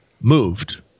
moved